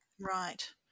Right